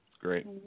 great